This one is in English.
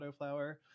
autoflower